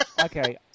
Okay